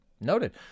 Noted